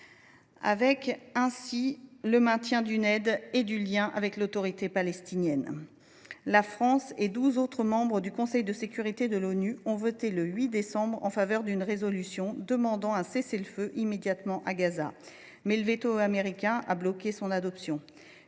qu’avec le maintien d’une aide et du lien avec l’autorité palestinienne. La France et douze autres membres du Conseil de sécurité de l’ONU ont voté, le 8 décembre, en faveur d’une résolution demandant un cessez le feu immédiat à Gaza, mais le veto américain a bloqué son adoption.